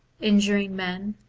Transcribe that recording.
injuring men,